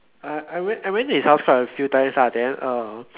I I went I went to his house quite a few times ah then uh